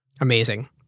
Amazing